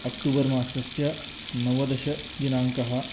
अक्तुबर् मासस्य नवदश दिनाङ्कः